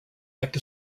act